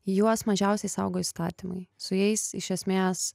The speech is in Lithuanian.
juos mažiausiai saugo įstatymai su jais iš esmės